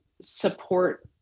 support